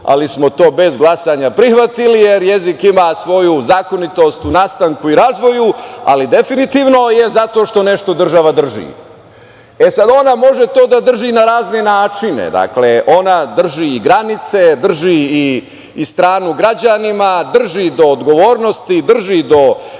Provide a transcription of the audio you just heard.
ali smo to bez glasanja prihvatili, jer jezik ima svoju zakonitost u nastanku i razvoju, ali definitivno je zato što nešto država drži. E, sad ona to može da drži na razne načine. Ona drži i granice, drži i stranu građanima, drži do odgovornosti, drži do